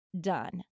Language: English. done